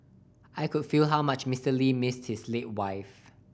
I could feel how much Mister Lee missed his late wife